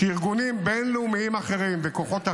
שארגונים בין-לאומיים אחרים וכוחות אחרים,